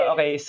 Okay